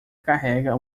carrega